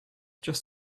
just